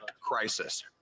crisis